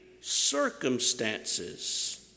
circumstances